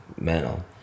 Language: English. mental